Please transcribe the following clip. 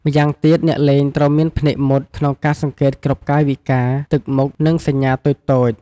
ម្យ៉ាងទៀត អ្នកលេងត្រូវមាន ភ្នែកមុត ក្នុងការសង្កេតគ្រប់កាយវិការ ទឹកមុខ និងសញ្ញាតូចៗ។